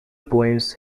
poems